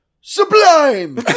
SUBLIME